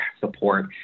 support